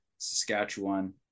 Saskatchewan